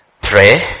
pray